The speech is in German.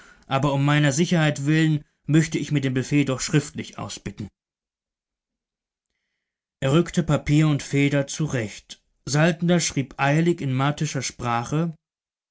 aber um meiner sicherheit willen möchte ich mir den befehl doch schriftlich ausbitten er rückte papier und feder zurecht saltner schrieb eilig in martischer sprache